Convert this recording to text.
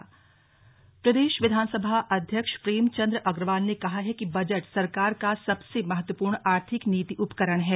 विधानसभा अध्यक्ष प्रदेश विधानसभा अध्यक्ष प्रेमचंद अग्रवाल ने कहा है कि बजट सरकार का सबसे महत्वपूर्ण आर्थिक नीति उपकरण है